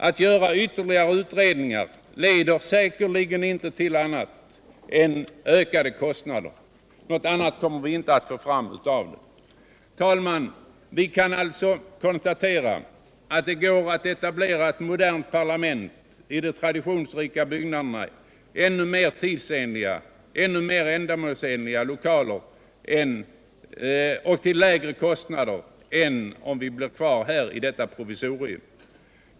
Att vidta ytterligare utredningar leder säkerligen inte till något annat än ökade kostnader. Vi kan alltså konstatera att det går att etablera ett modernt parlament i de traditionsrika byggnaderna i ännu mer tidsenliga och ändamålsenliga lokaler tillen kostnad som är lägre än för provisoriet här vid Sergels torg.